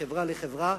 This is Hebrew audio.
מחברה לחברה,